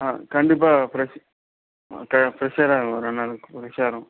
ஆ கண்டிப்பாக ஃப்ரெஷ் க ஃப்ரெஷ்ஷாதாங்க வரும் ஒரு ரெண்டு நாளுக்கு ஃப்ரெஷ்ஷாக வரும்